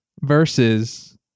versus